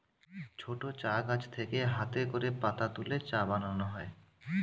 ছোট চা গাছ থেকে হাতে করে পাতা তুলে চা বানানো হয়